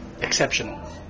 exceptional